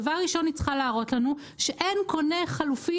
דבר ראשון היא צריכה להראות לנו שאין קונה חלופי